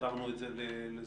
העברנו את זה לזום.